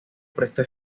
prestó